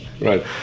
Right